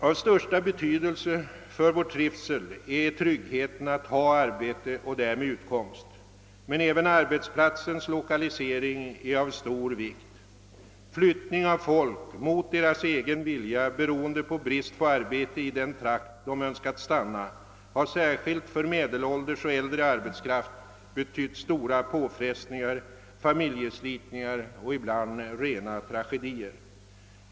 Av största betydelse för vår trivsel är tryggheten att ha arbete och därmed utkomst, men även arbetsplatsens lokalisering är av stor betydelse. Flyttning av folk mot deras egen vilja beroende på brist på arbete i den trakt där de önskat stanna har särskilt för medelålders och äldre arbetskraft betytt stora påfrestningar, familjeslitningar = och ibland rena tragedier.